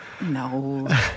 No